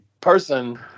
person